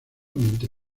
ambiente